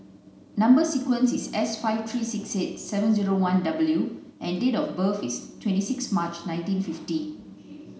number sequence is S five three six eight seven zero one W and date of birth is twenty six March nineteen fifty